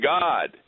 God